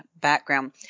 background